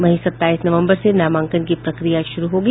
वहीं सत्ताईस नवम्बर से नामांकन की प्रक्रिया शुरू होगी